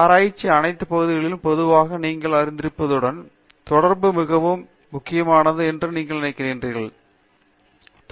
ஆராய்ச்சியின் அனைத்து பகுதிகளையும் பொதுவாக நீங்கள் அறிந்திருப்பதுடன் தொடர்பு மிகவும் முக்கியமானது என்று நீங்கள் உணர்கிறீர்கள்